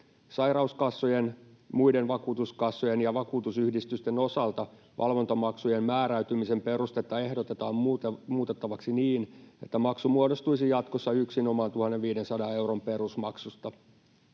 Sairauskassojen, muiden vakuutuskassojen ja vakuutusyhdistysten osalta valvontamaksujen määräytymisen perustetta ehdotetaan muutettavaksi niin, että maksu muodostuisi jatkossa yksinomaan 1 500 euron perusmaksusta.